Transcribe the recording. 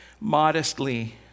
modestly